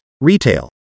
retail